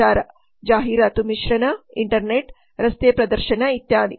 ಪ್ರಚಾರ ಜಾಹೀರಾತು ಮಿಶ್ರಣ ಇಂಟರ್ನೆಟ್ ರಸ್ತೆ ಪ್ರದರ್ಶನ ಇತ್ಯಾದಿ